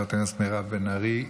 חברת הכנסת מירב בן ארי,